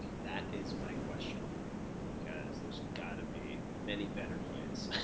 that is my question because there's gotta be many better ways